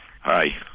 Hi